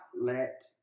let